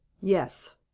Yes